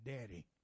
Daddy